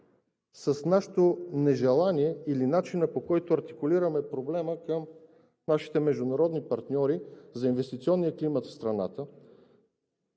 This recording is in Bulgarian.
с нашето нежелание или начина, по който артикулираме проблема към нашите международни партньори за инвестиционния климат в страната?